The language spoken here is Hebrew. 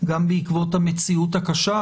גם בעקבות המציאות הקשה,